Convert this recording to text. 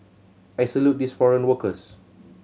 I salute these foreign workers